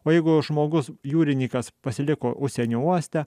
o jeigu žmogus jūrininkas pasiliko užsienio uoste